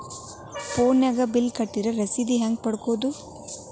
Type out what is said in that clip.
ಫೋನಿನಾಗ ಬಿಲ್ ಕಟ್ಟದ್ರ ರಶೇದಿ ಹೆಂಗ್ ಪಡೆಯೋದು?